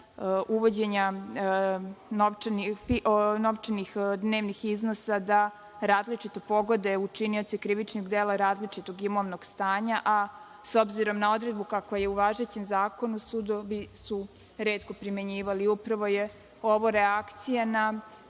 uvođenja novčanih dnevnih iznosa da različito pogode učinioce krivičnih dela različitog imovnog stanja, a s obzirom na odredbu kakva je u važećem zakonu, sudovi su retko primenjivali. Upravo je ovo reakcija na